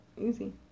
easy